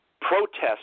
protest